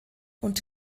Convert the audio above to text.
und